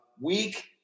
Week